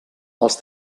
els